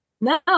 No